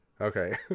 okay